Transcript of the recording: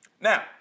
Now